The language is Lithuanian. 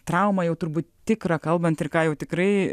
traumą jau turbūt tikrą kalbant ir ką jau tikrai